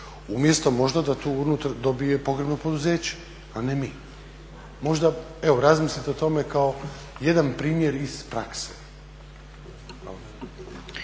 Umjesto možda da tu urnu dobije pogrebno poduzeće, a ne mi. Možda evo razmislite o tome kao jedna primjer iz prakse.